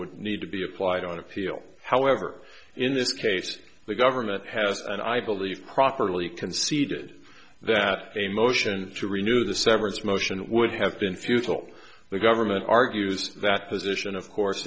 would need to be applied on appeal however in this case the government has and i believe properly conceded that a motion to renew the severance motion would have been futile the government argues that position of course